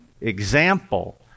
example